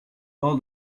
all